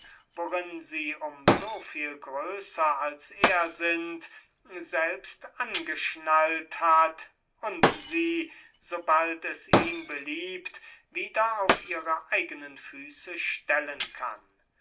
worin sie um so viel größer als er sind selbst angeschnallt hat und sie sobald es ihm beliebt wieder auf ihre eigenen füße stellen kann